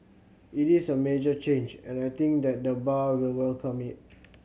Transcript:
it is a major change and I think that the bar will welcome it